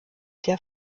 der